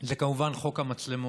זה כמובן חוק המצלמות.